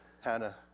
Hannah